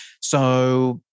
So-